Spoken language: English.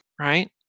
right